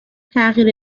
تغییر